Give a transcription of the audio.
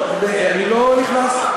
לא, אני לא נכנס.